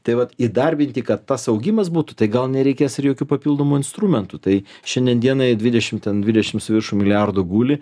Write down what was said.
tai vat įdarbinti kad tas augimas būtų tai gal nereikės ir jokių papildomų instrumentų tai šiandien dienai dvidešim ten dvidešim su viršum milijardų guli